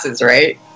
right